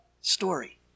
story